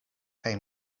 kaj